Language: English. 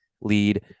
lead